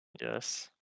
Yes